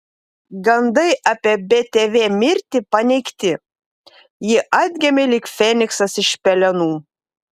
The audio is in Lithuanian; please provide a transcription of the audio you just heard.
gandai apie btv mirtį paneigti ji atgimė lyg feniksas iš pelenų